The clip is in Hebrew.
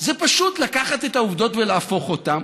זה פשוט לקחת את העובדות ולהפוך אותן.